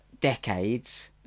decades